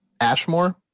Ashmore